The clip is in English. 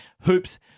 Hoops